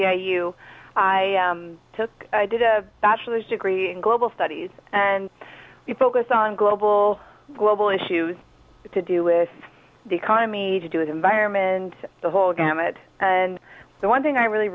of you i took i did a bachelor's degree in global studies and we focus on global global issues to do with the economy to do with environment the whole gamut and the one thing i really